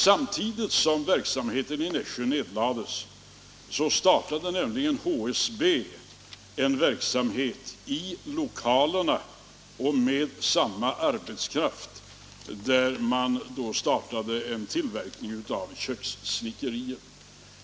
Samtidigt som verksamheten i Nässjö nedlades startade nämligen HSB i lokalerna och med samma arbetskraft en tillverkning av kökssnickerier.